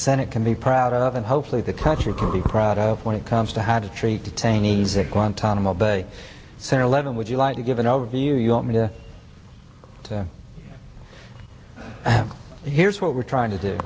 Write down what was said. senate can be proud of and hopefully the country can be proud of when it comes to how to treat detainees at guantanamo bay senator levin would you like to give an overview you want me to go to here's what we're trying to do